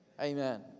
Amen